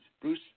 Bruce